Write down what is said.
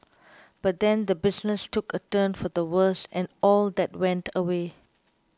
but then the business took a turn for the worse and all that went away